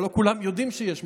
אבל לא כולם יודעים שיש מוקד,